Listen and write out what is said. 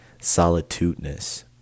solitudeness